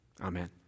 Amen